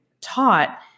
taught